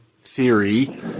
theory